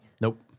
Nope